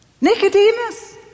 Nicodemus